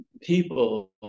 people